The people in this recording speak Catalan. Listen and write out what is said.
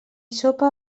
sopa